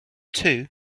two